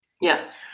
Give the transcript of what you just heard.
Yes